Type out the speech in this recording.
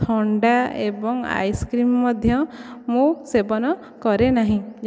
ଥଣ୍ଡା ଏବଂ ଆଇସକ୍ରିମ୍ ମଧ୍ୟ ମୁଁ ସେବନ କରେ ନାହିଁ